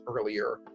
earlier